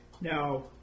Now